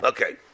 Okay